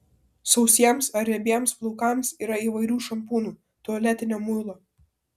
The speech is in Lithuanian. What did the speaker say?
sausiems ar riebiems plaukams yra įvairių šampūnų tualetinio muilo